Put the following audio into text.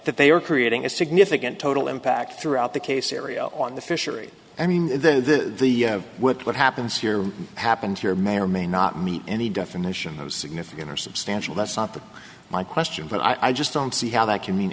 that they are creating a significant total impact throughout the case area on the fishery i mean the the with what happens here happens here may or may not meet any definition of significant or substantial that's not the my question but i just don't see how that can mean